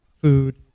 food